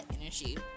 energy